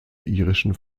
irischen